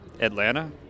Atlanta